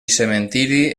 cementiri